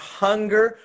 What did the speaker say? hunger